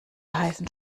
heißen